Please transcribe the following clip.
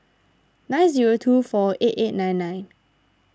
nine zero two four eight eight nine nine